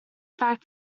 fact